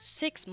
six